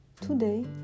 Today